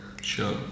sure